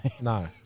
No